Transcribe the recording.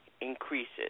increases